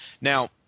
Now